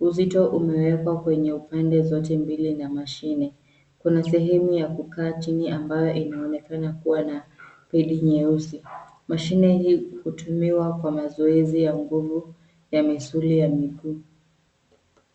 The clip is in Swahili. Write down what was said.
Uzito umewekwa kwenye pande zote mbili za mashine. Kuna sehemu ya kukaa chini ambayo imeonekana kuwa na peli nyeusi. Mashine hii hutumika kwenye zoezi ya nguvu ya misuli ya miguu.